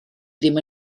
ddim